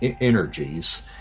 energies